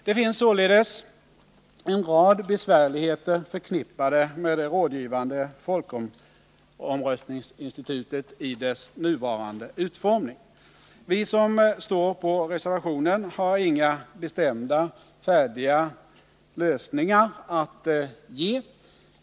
Det finns således en rad besvärligheter förknippade med det rådgivande folkomröstningsinstitutet i dess nuvarande utformning. Vi som står för reservationen har inga bestämda, färdiga lösningar att ge.